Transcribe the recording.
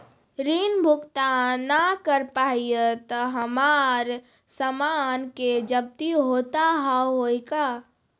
ऋण भुगतान ना करऽ पहिए तह हमर समान के जब्ती होता हाव हई का?